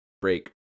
break